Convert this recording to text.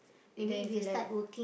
if there is left